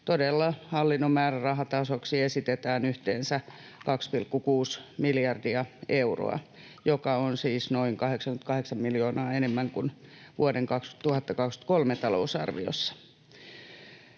todella hallinnon määrärahatasoksi esitetään yhteensä 2,6 miljardia euroa, joka on siis noin 88 miljoonaa enemmän kuin vuoden 2023 talousarviossa.